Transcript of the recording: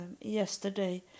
yesterday